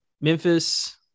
Memphis